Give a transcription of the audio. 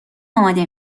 آماده